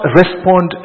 respond